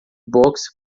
boxe